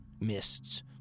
mists